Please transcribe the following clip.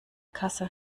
kasse